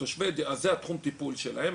אז זה תחום הטיפול שלהם.